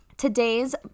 today's